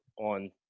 on